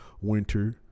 winter